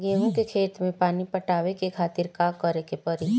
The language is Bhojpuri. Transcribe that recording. गेहूँ के खेत मे पानी पटावे के खातीर का करे के परी?